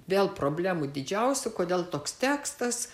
vėl problemų didžiausių kodėl toks tekstas